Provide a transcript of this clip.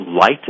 light